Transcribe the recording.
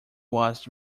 was